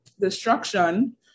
destruction